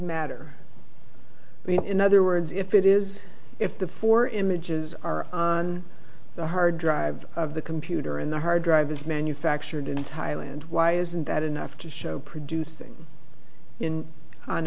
matter in other words if it is if the four images are on the hard drive of the computer and the hard drive is manufactured in thailand why isn't that enough to show producing in on